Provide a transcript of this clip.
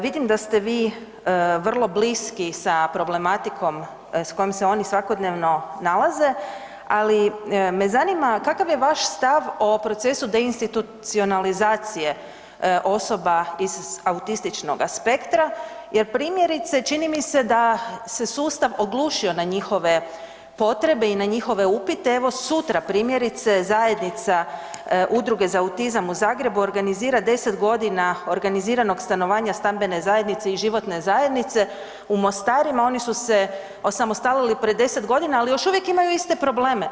Vidim da ste vi vrlo bliski s problematikom s kojom se oni svakodnevno nalaze, ali me zanima kakav je vaš stav o procesu deinstitucionalizacije osoba iz autističnoga spektra jer primjerice čini mi se da se sustav oglušio na njihove potrebe i na njihove upite, evo sutra primjerice zajednica Udruge za autizam u Zagrebu organizira 10 godina organiziranog stanovanja stambene zajednice i životne zajednice u Mostarima, oni su se osamostalili prije 10 godina, ali još uvijek imaju iste probleme.